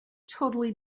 totally